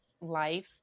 life